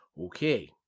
Okay